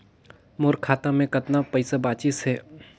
मोर खाता मे कतना पइसा बाचिस हे?